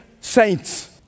saints